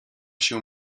się